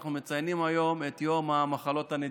אנחנו מציינים היום את יום המחלות הנדירות,